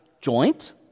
joint